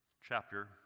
chapter